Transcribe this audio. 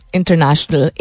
International